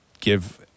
give